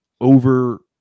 over